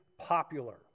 popular